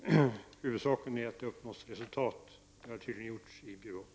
Fru talman! Huvudsaken är att det uppnås resultat, och det har man tydligen gjort i Bjurholm.